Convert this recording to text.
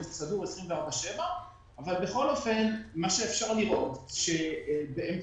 סדור 24/7. מה שאפשר לראות הוא שבאמצעות